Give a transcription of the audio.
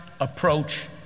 approach